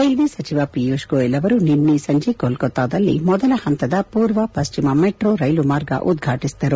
railway ಸಚಿವ ಪಿಯೂಷ್ ಗೋಯಲ್ ಅವರು ನಿನ್ನೆ ಸಂಜೆ ಕೊಲ್ಲತ್ತಾದಲ್ಲಿ ಮೊದಲ ಪಂತದ ಪೂರ್ವ ಪಶ್ಚಿಮ ಮೆಟ್ರೋ ರೈಲು ಮಾರ್ಗ ಉದ್ವಾಟಿಸಿದರು